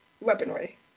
weaponry